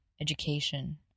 education